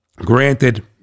granted